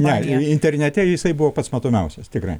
na internete jisai buvo pats matomiausias tikrai